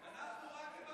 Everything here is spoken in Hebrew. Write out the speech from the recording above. מיכל לא תוחלף.